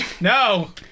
No